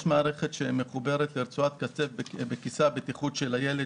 יש מערכת שמחוברת לרצועת כתף בכיסא הבטיחות של הילד,